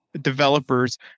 developers